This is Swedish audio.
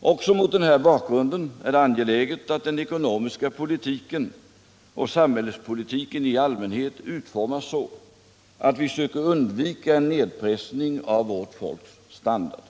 Också mot denna bakgrund är det angeläget att den ekonomiska politiken och samhällspolitiken i allmänhet utformas så att vi söker undvika en nedpressning av vårt folks standard.